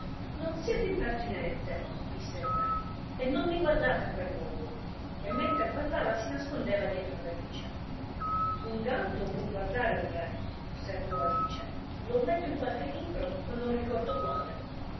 non siate impertinente disse il re e non mi guardate a quel modo e mentre parlava si nascondeva dietro ad alice un gatto può guardare un re osservò alice l'ho letto in qualche libro ma non ricordo quale